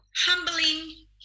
humbling